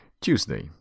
Tuesday